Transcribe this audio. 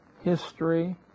history